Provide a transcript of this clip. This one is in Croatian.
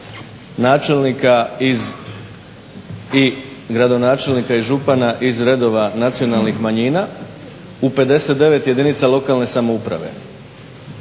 načelnika i gradonačelnika i župana iz redova nacionalnih manjina u 59 jedinica lokalne samouprave.